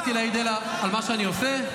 לא יכולתי להעיד אלא על מה שאני עושה,